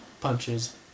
punches